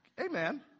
Amen